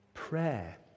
Prayer